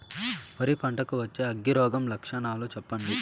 వరి పంట కు వచ్చే అగ్గి రోగం లక్షణాలు చెప్పండి?